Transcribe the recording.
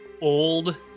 old